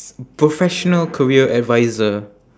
professional career advisor